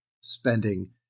spending